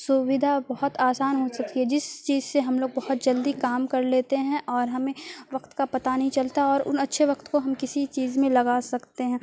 سویدھا بہت آسان ہو چکی ہے جس چیز سے ہم لوگ بہت جلدی کام کر لیتے ہیں اور ہمیں وقت کا پتہ نہیں چلتا اور ان اچھے وقت کو ہم کسی چیز میں لگا سکتے ہیں